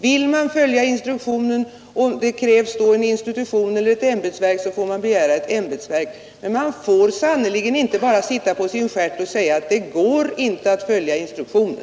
Vill man följa instruktionen och skulle det härför krävas en institution eller ett ämbetsverk, får man också begära detta. Men det går sannerligen inte bara att sitta på sin stjärt och säga att det inte är möjligt att följa instruktionen.